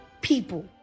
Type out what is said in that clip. people